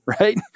right